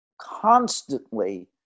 constantly